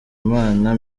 imana